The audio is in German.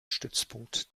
stützpunkt